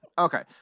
Okay